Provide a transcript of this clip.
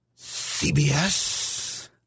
CBS